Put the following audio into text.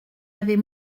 avait